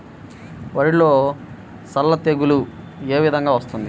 వరిలో సల్ల తెగులు ఏ విధంగా వస్తుంది?